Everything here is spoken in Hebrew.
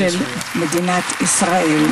שופטי בית המשפט העליון,